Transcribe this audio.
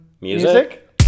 music